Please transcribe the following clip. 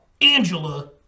Angela